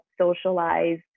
socialize